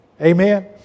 Amen